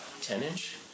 ten-inch